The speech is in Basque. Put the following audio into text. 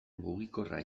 mugikorra